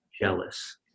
jealous